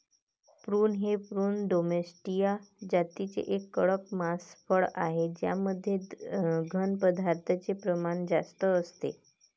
prune हे Prunus domestica जातीचे एक कडक मांसल फळ आहे ज्यामध्ये घन पदार्थांचे प्रमाण जास्त असते